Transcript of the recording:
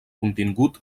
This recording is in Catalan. contingut